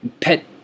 Pet